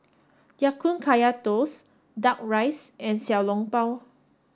Ya Kun Kaya toast duck rice and xiao long bao